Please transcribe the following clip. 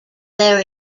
their